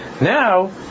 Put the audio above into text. Now